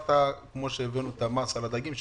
הזכרת את המס על הדגים,